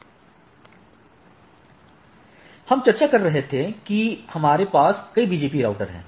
जो हम चर्चा कर रहे थे कि हमारे पास कई BGP राउटर हैं